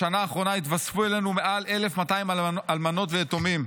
בשנה האחרונה התווספו אלינו מעל 1,200 אלמנות ויתומים.